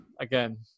again